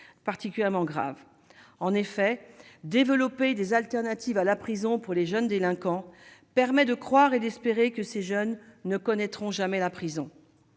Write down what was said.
particulièrement grave en effet développer des alternatives à la prison pour les jeunes délinquants permet de croire et d'espérer que ces jeunes ne connaîtront jamais la prison,